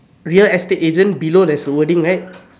real estate agent below there's a wording right